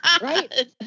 Right